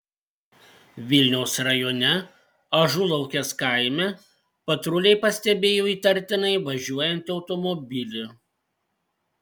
vilniaus rajone ažulaukės kaime patruliai pastebėjo įtartinai važiuojantį automobilį